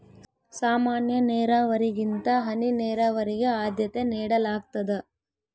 ಸಾಮಾನ್ಯ ನೇರಾವರಿಗಿಂತ ಹನಿ ನೇರಾವರಿಗೆ ಆದ್ಯತೆ ನೇಡಲಾಗ್ತದ